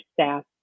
staff